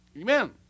Amen